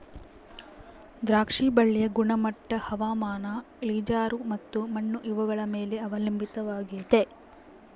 ದ್ರಾಕ್ಷಿ ಬಳ್ಳಿಯ ಗುಣಮಟ್ಟ ಹವಾಮಾನ, ಇಳಿಜಾರು ಮತ್ತು ಮಣ್ಣು ಇವುಗಳ ಮೇಲೆ ಅವಲಂಬಿತವಾಗೆತೆ